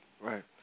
right